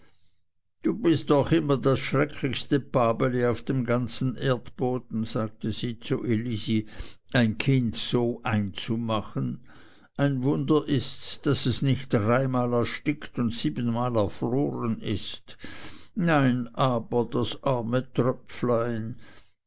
du bist doch immer das schrecklichste babeli auf dem ganzen erdboden sagte sie zu elisi ein kind so einzumachen ein wunder ists daß es nicht dreimal erstickt und siebenmal erfroren ist nein aber das arme tröpflein